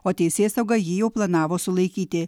o teisėsauga jį jau planavo sulaikyti